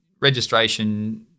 registration